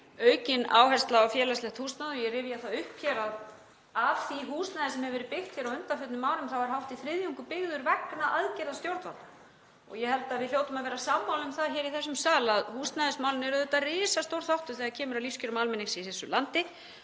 Aukin áhersla á félagslegt húsnæði og ég rifja það upp hér að af því húsnæði sem hefur verið byggt á undanförnum árum er hátt í þriðjungur byggður vegna aðgerða stjórnvalda. Ég held að við hljótum að vera sammála um það í þessum sal að húsnæðismálin eru auðvitað risastór þáttur þegar kemur að lífskjörum almennings í þessu landi.